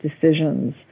decisions